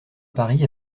paris